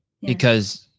because-